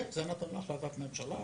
כן, זה נתון להחלטת ממשלה.